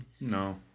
No